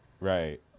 Right